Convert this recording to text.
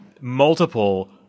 multiple